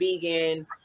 vegan